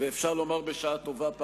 ואפשר לומר "בשעה טובה" פעמיים.